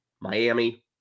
Miami